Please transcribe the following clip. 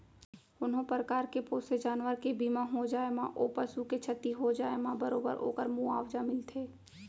कोनों परकार के पोसे जानवर के बीमा हो जाए म ओ पसु के छति हो जाए म बरोबर ओकर मुवावजा मिलथे